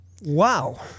Wow